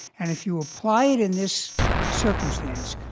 and if you apply it in this circumstance,